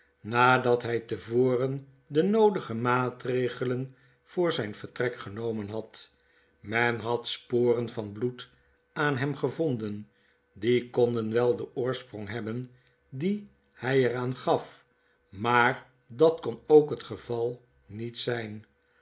nadat hy te voren de noodige maatregelen voor zyn vertrek genomen had men had sporen van bloed aan hem gevonden die konden wel den oorsprong hebben dien hy er aangaf maar dat kon ook het geval niet zyn